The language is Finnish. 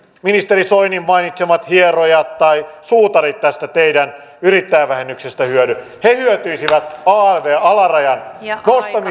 ministeri soinin mainitsemat hierojat tai suutarit tästä teidän yrittäjävähennyksestänne hyödy he hyötyisivät alv alarajan